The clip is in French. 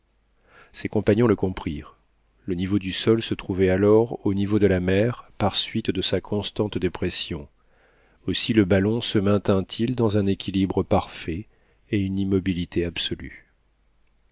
ses compagnons le comprirent le niveau du sol se trouvait alors au niveau de la mer par suite de sa constante dépression aussi le ballon se maintint il dans un équilibre parfait et une immobilité absolue